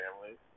families